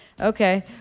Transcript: Okay